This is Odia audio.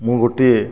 ମୁଁ ଗୋଟିଏ